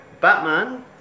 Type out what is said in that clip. Batman